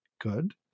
good